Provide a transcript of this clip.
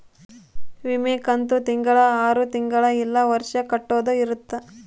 ವಿಮೆ ಕಂತು ತಿಂಗಳ ಆರು ತಿಂಗಳ ಇಲ್ಲ ವರ್ಷ ಕಟ್ಟೋದ ಇರುತ್ತ